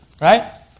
Right